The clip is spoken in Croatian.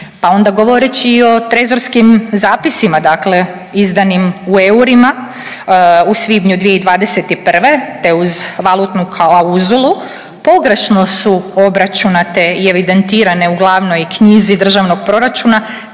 Pa onda govoreći i o trezorskim zapisima dakle izdanim u eurima u svibnju 2021., te uz valutnu klauzulu pogrešno su obračunate i evidentirane u glavnoj knjizi državnog proračuna